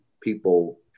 people